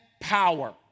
power